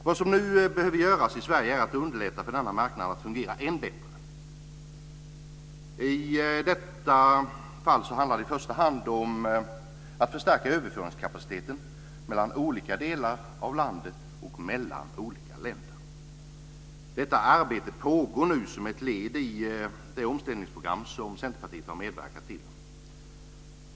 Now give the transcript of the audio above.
Det som nu behöver göras i Sverige är att underlätta för denna marknad att fungera än bättre. I detta fall handlar det i första hand om att förstärka överföringskapaciteten mellan olika delar av landet och mellan olika länder. Detta arbete pågår nu som ett led i det omställningsprogram som Centerpartiet har medverkat till.